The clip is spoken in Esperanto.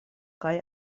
kaj